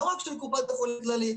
לא רק של קופת חולים כללית,